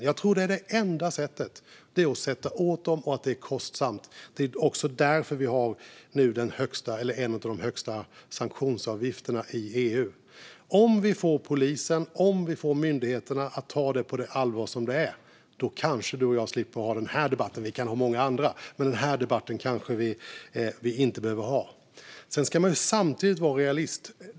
Jag tror att det enda sättet är att sätta åt dem och att det är kostsamt. Det är också därför vi nu har en av de högsta sanktionsavgifterna i EU. Om vi får polisen och myndigheterna att ta detta på det allvar som det bör tas på kanske du och jag slipper ha den här debatten, Thomas Morell. Vi kan ha många andra debatter, men den här debatten kanske vi inte behöver ha. Man ska samtidigt vara realist.